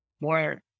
more